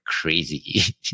crazy